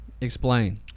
Explain